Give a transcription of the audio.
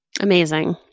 Amazing